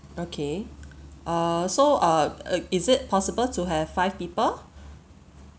okay err so uh uh is it possible to have five people